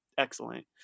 Excellent